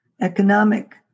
economic